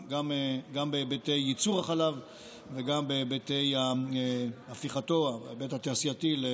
גם בהיבטי ייצור החלב וגם בהיבט התעשייתי בהפיכתו לגבינה.